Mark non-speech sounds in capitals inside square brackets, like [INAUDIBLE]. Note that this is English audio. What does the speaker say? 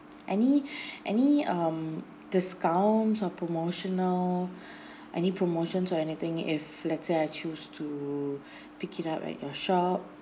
any [BREATH] any um discounts or promotional [BREATH] any promotions or anything if let's say I choose to pick it up at your shop